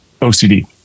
OCD